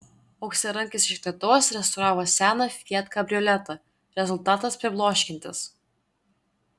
auksarankis iš lietuvos restauravo seną fiat kabrioletą rezultatas pribloškiantis